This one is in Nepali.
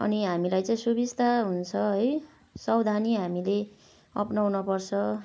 अनि हामीलाई चाहिँ सुबिस्ता हुन्छ है सवधानी हामीले अप्नाउनपर्छ